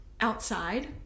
outside